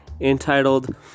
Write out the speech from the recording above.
entitled